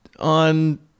On